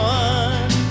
one